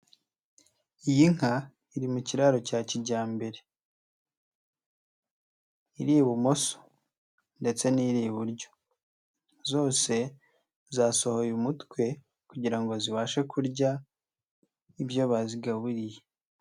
Iyi nka iri mu kiraro cya kijyambere, iri ibumoso ndetse n'iri iburyo, zose zasohoye umutwe kugira ngo zibashe kurya ibyo bazigaburiye.